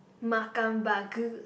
makan bagus